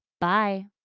Bye